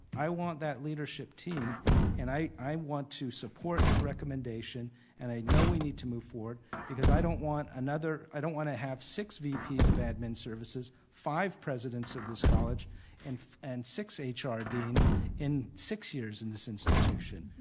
i want that leadership team and i i want to support his recommendation and i know we need to move forward because i don't want another i don't want to have six vp's of admin services, five presidents of this college and and six ah hr deans in six years in this institution.